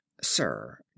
Sir